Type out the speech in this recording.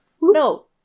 no